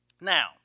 Now